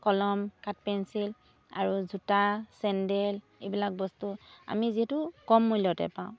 কলম কাঠ পেঞ্চিল আৰু জোতা চেণ্ডেল এইবিলাক বস্তু আমি যিহেতু কম মূল্যতে পাওঁ